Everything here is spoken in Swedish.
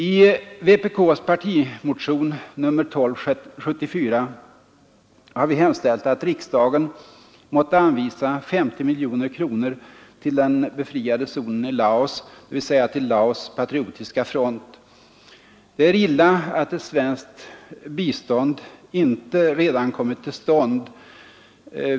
I vpk:s partimotion 1274 har vi hemställt att riksdagen måtte anvisa 50 miljoner kronor till den befriade zonen i Laos, dvs. till Laos patriotiska front. Det är illa att ett svenskt bistånd inte redan har påbörjats.